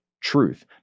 truth